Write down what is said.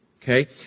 Okay